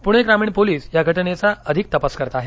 पुणे ग्रामीण पोलीस या घटनेचा अधिक तपास करत आहेत